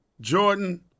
Jordan